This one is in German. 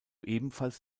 ebenfalls